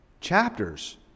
Chapters